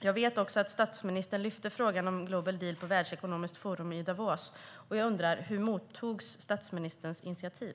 Jag vet att statsministern tog upp frågan om Global deal på Världsekonomiskt forum i Davos. Hur mottogs statsministerns initiativ?